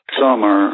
summer